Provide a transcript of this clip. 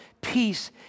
peace